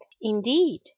indeed